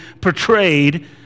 portrayed